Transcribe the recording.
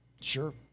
Sure